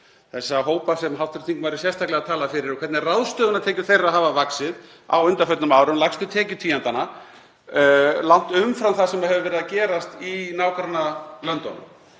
þessa hópa sem hv. þingmaður er sérstaklega að tala fyrir og hvernig ráðstöfunartekjur þeirra hafa vaxið á undanförnum árum, lægstu tekjutíundanna, langt umfram það sem hefur verið að gerast í nágrannalöndunum.